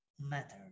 matter